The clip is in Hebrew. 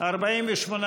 להביע אי-אמון בממשלה,